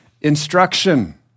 instruction